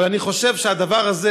אבל אני חושב שהדבר הזה,